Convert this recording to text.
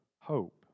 hope